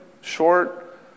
short